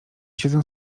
siedzę